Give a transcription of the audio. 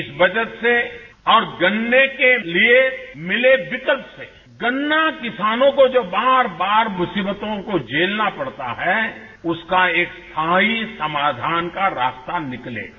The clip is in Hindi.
इस बचत से ओर गन्ने के लिए मिले विकल्प से गन्ना किसानों को जो बार बार मुसीबतों को झेलना पड़ता है उसका एक स्थायी समाधान का रास्ता निकलेगा